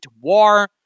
war